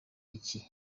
iki